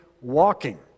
walking